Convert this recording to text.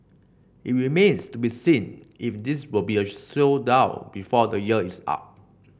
it remains to be seen if this will be a showdown before the year is up